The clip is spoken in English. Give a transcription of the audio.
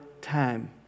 time